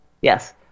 Yes